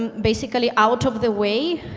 um basically out of the way,